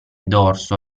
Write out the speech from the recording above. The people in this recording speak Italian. dorso